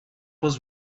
was